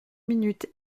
minutes